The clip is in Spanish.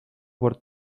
por